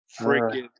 freaking